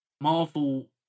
marvel